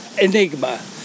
enigma